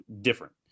different